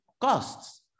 costs